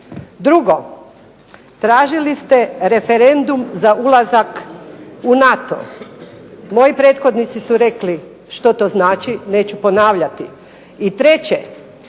Drugo. Tražili ste referendum za ulazak u NATO. Moji prethodnici su rekli što to znači, neću ponavljati.